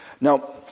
Now